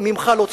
וממך לא ציפיתי.